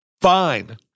Fine